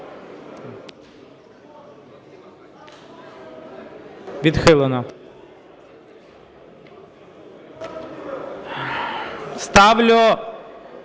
Відхилено. Ставлю…